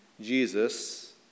Jesus